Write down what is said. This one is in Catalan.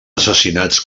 assassinats